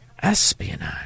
Espionage